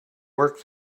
work